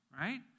Right